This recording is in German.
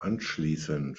anschließend